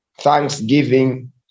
thanksgiving